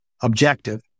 objective